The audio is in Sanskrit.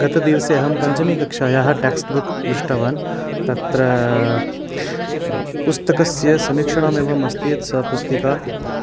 गतदिवसे अहं पञ्चमीकक्षायाः टेक्स्ट्बुक् दृष्टवान् तत्र पुस्तकस्य समीक्षणमेवमस्ति यत् सा पुस्तिका आ